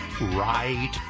right